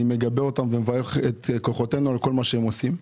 מגבה אותם ומברך את כוחותינו על כל מה שהם עושים.